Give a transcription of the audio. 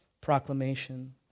proclamation